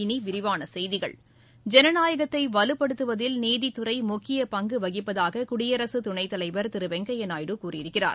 இனி விரிவான செய்திகள் ஜனநாயகத்தை வலுப்படுத்துவதில் நீதித்துறை முக்கிய பங்கு வகிப்பதாக குடியரகத் துணைத்தலைவா் திரு வெங்கையா நாயுடு கூறியிருக்கிறார்